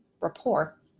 rapport